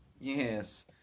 Yes